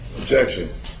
Objection